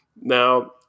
now